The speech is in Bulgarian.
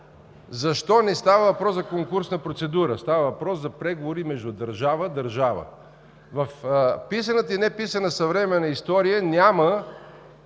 защо не става въпрос за конкурсна процедура, а става въпрос за преговори между държава – държава. В писаната и неписаната съвременна история няма